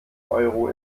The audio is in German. euro